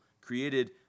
created